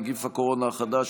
נגיף הקורונה החדש),